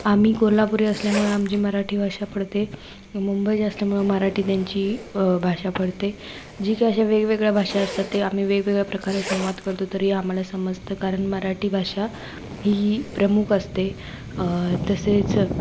आम्ही कोल्हापुरी असल्यामुळे आमची मराठी भाषा पडते मुंबई असल्यामुळे मराठी त्यांची भाषा पडते जी काही अशा वेगवेगळ्या भाषा असतात ते आम्ही वेगवेगळ्या प्रकारे संवाद करतो तरीही आम्हाला समजतं कारण मराठी भाषा ही प्रमुख असते तसेच